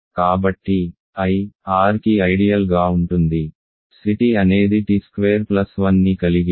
కాబట్టిI R కి ideal గా ఉంటుంది C t అనేది t స్క్వేర్ ప్లస్ 1ని కలిగి ఉంటుంది